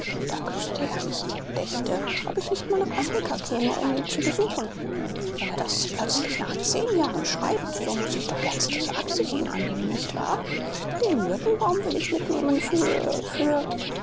da küßte er mich dächte ob ich nicht mal nach afrika käme ihn zu besuchen wenn er das plötzlich nach zehn jahren schreibt so muß ich doch ernstliche absichten annehmen nicht wahr den myrtenbaum will ich mitnehmen für für